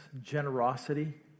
generosity